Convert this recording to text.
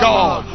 God